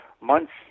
months